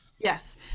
Yes